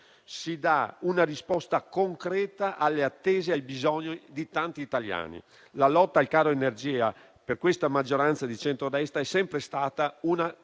si dà una risposta concreta alle attese e ai bisogni di tanti italiani. La lotta al caro energia per questa maggioranza di centrodestra è sempre stata una